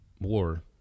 war